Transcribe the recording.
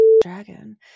dragon